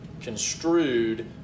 construed